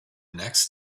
next